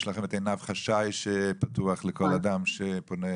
יש לכם את עינב חשאי, שפתוח לכל אדם שפונה.